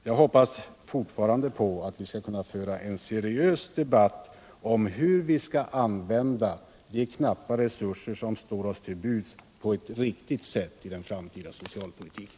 Jag hoppas fortfarande på att vi skall kunna föra en seriös debatt om hur vi skall använda de knappa resurser som står oss till buds på ett riktigt sätt i den framtida socialpolitiken.